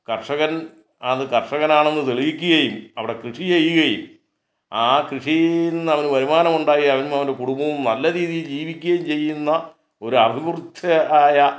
കർഷകൻ അത് കർഷകനാണെന്ന് തെളിയിക്കുകയും അവിടെ കൃഷി ചെയ്യുകയും ആ കൃഷിയിൽ നിന്ന് അവന് വരുമാനം ഉണ്ടായി അവനും അവൻ്റെ കുടുംബവും നല്ല രീതിയിൽ ജീവിക്കുകയും ചെയ്യുന്ന ഒരു അഭിവൃദ്ധയായ